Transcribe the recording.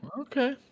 Okay